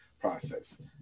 process